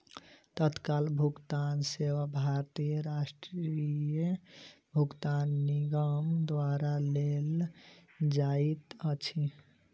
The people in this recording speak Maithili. तत्काल भुगतान सेवा भारतीय राष्ट्रीय भुगतान निगम द्वारा देल जाइत अछि